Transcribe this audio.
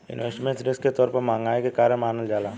investment risk के तौर पर महंगाई के कारण मानल जाला